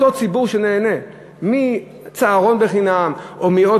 אותו ציבור שנהנה מצהרון חינם או מעוד